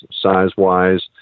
size-wise